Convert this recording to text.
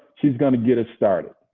she's going to get us started.